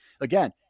again